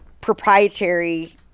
proprietary